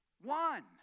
one